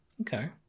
Okay